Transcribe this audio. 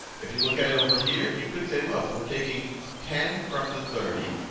if you look at it over here, you could say, look, we're taking ten from the thirty.